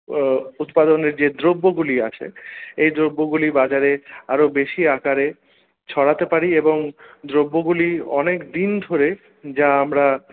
উৎপাদনের যে দ্রব্যগুলি আছে এই দ্রব্যগুলি বাজারে আরো বেশি আকারে ছড়াতে পারি এবং দ্রব্যগুলি অনেকদিন ধরে যা আমরা